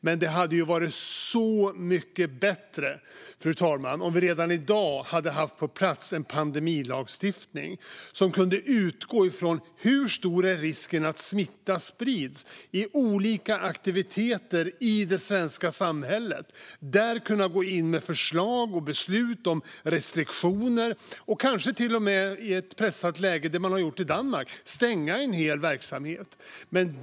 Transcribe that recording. Men det hade varit så mycket bättre, fru talman, om vi redan i dag hade haft på plats en pandemilagstiftning som kunde utgå från: Hur stor är risken att smitta sprids vid olika aktiviteter i det svenska samhället? Där skulle vi kunna gå in med förslag och beslut om restriktioner. Vi skulle kanske till och med i ett pressat läge kunna göra det man har gjort i Danmark, stänga en hel verksamhet.